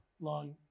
long